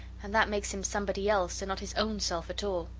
and that makes him somebody else, and not his own self at all.